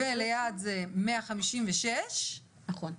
וליד זה 156. נכון.